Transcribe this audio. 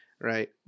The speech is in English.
right